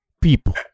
people